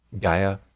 Gaia